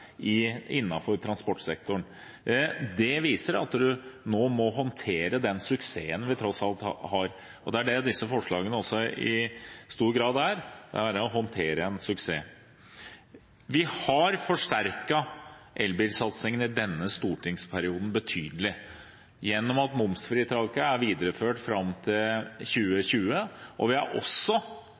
transportsektoren. Det viser at vi nå må håndtere den suksessen vi tross alt har. Det er det disse forslagene også i stor grad gjør; de gjør at vi håndterer en suksess. Vi har forsterket elbilsatsingen i denne stortingsperioden betydelig, gjennom at momsfritaket er videreført fram til 2020, og vi har også